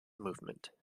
movement